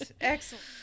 excellent